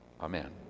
amen